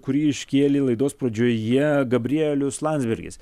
kurį iškėlė laidos pradžioje gabrielius landsbergis